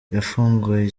yafunguye